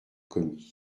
commis